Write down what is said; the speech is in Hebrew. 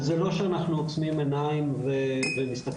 וזה לא שאנחנו עוצמים עיניים ומסתכלים